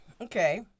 Okay